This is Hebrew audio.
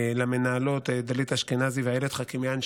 למנהלות דלית אשכנזי ואיילת חאקימיאן,